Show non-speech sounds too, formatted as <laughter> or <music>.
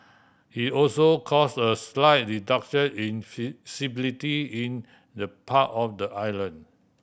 it also cause a slight reduction in <unintelligible> in the part of the island